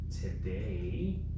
Today